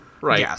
Right